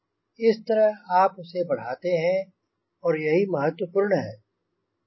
इस तरह आप उसे बढ़ाते हैं और यही महत्वपूर्ण है